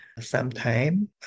sometime